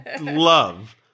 love